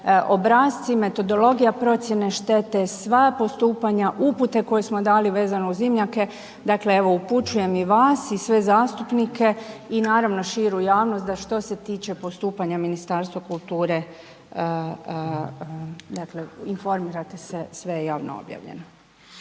obrasci, metodologija procjene štete, sva postupanja, upute koje smo dali vezano uz dimnjake. Dakle evo upućujem i vas i sve zastupnike i naravno širu javnost da što se tiče postupanja Ministarstva kulture informirate se, sve je javno objavljeno.